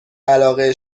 علاقه